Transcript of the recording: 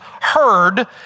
heard